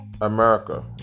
America